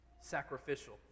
sacrificial